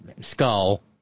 skull